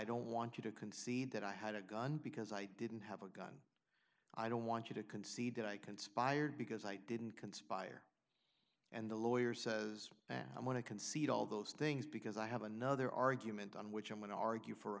don't want you to concede that i had a gun because i didn't have a gun i don't want you to concede that i conspired because i didn't conspire and the lawyer says i want to concede all those things because i have another argument on which i'm going to argue for a